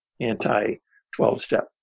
anti-12-step